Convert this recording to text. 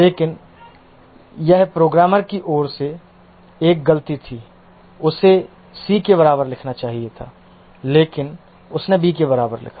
लेकिन यह प्रोग्रामर की ओर से एक गलती थी उसे c के बराबर लिखना चाहिए था लेकिन उसने b के बराबर लिखा